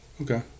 Okay